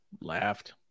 laughed